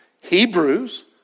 Hebrews